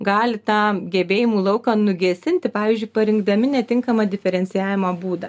gali tą gebėjimų lauką nugesinti pavyzdžiui parinkdami netinkamą diferencijavimo būdą